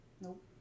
Nope